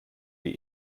die